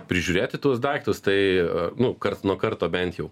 prižiūrėti tuos daiktus tai nu karts nuo karto bent jau